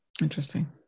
Interesting